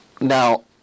now